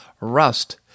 Rust